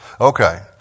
Okay